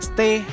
Stay